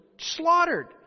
slaughtered